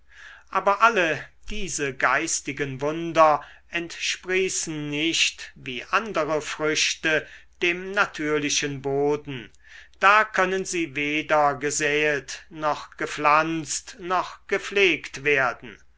aber alle diese geistigen wunder entsprießen nicht wie andere früchte dem natürlichen boden da können sie weder gesäet noch gepflanzt noch gepflegt werden